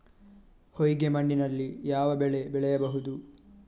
ಹೊಯ್ಗೆ ಮಣ್ಣಿನಲ್ಲಿ ಯಾವ ಬೆಳೆ ಬೆಳೆಯಬಹುದು?